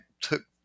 took